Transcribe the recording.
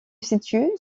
situe